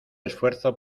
esfuerzo